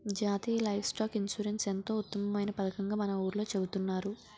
జాతీయ livestock insurance ఎంతో ఉత్తమమైన పదకంగా మన ఊర్లో చెబుతున్నారు